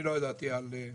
אני לא ידעתי על ההסכם,